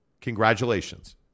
Congratulations